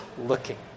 looking